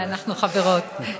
אנחנו חברות.